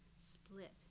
split